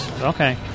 Okay